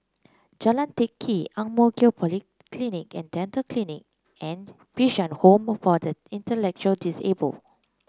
Jalan Teck Kee Ang Mo Kio Polyclinic And Dental Clinic and Bishan Home for the Intellectually Disabled